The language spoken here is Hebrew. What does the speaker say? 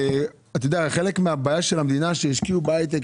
אתה יודע, חלק מהבעיה במדינה שהשקיעו בהייטק,